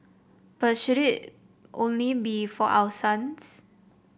but should it only be for our sons